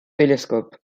télescope